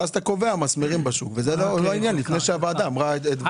אז אתה קובע מסמרים וזה לא העניין לפני שהוועדה אמרה את דברה.